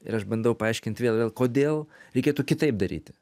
ir aš bandau paaiškinti vėl ir vėl kodėl reikėtų kitaip daryti